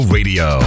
Radio